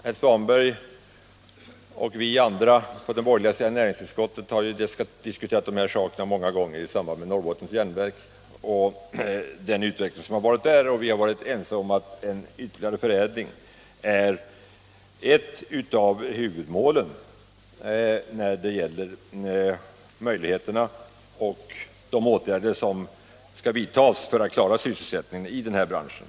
Herr Svanberg och vi på den borgerliga sidan i näringsutskottet har diskuterat den saken många gånger i samband med debatten om utvecklingen vid Norrbottens Järnverk, och vi har därvid varit ense om att en ytterligare förädling är ett av huvudmålen för att vi skall kunna tillgodose möjligheterna att upprätthålla och trygga sysselsättningen inom stålbranschen.